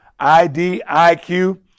IDIQ